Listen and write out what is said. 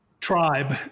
tribe